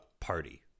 party